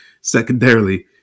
secondarily